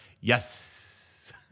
yes